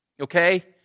Okay